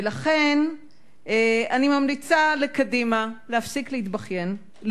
ולכן אני ממליצה לקדימה להפסיק להתבכיין,